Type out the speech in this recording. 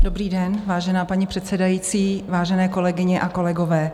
Dobrý den, vážená paní předsedající, vážené kolegyně a kolegové.